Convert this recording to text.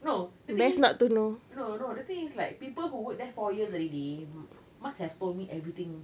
no the thing is no no the thing is like people who work there for years already must have told me everything